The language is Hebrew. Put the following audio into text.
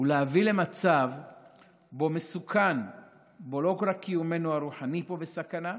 ולהביא למצב שבו לא רק קיומנו הרוחני פה בסכנה,